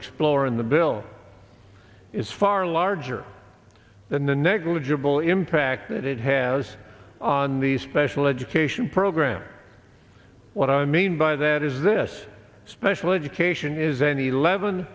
explore in the bill is far larger than the negligible impact that it has on the special education program what i mean by that is this special education is an eleven